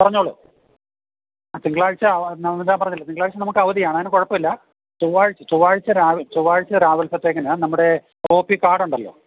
പറഞ്ഞോളൂ തിങ്കളാഴ്ച ഞാൻ പറഞ്ഞില്ലേ തിങ്കളാഴ്ച നമുക്ക് അവധിയാണ് അതിന് കുഴപ്പമില്ല ചൊവ്വാഴ്ച ചൊവ്വാഴ്ച രാവില ചൊവ്വാഴ്ച രാവിലത്തെ നമ്മുടെ ഒ പി കാർഡൊണ്ടല്ലോ